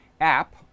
app